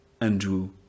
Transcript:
andrew